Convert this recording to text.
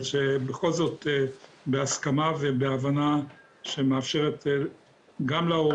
אבל בכל זאת בהסכמה והבנה גם להורים